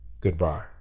Goodbye